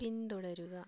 പിന്തുടരുക